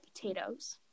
potatoes